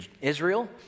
Israel